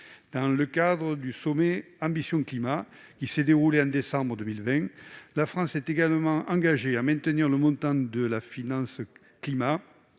Dans le cadre du sommet Ambition Climat qui s'est déroulé au mois de décembre 2020, la France s'est également engagée à maintenir le montant de la finance climat